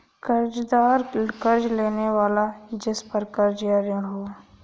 कर्ज़दार कर्ज़ लेने वाला जिसपर कर्ज़ या ऋण हो